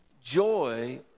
Joy